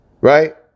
Right